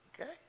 okay